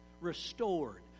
restored